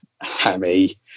hammy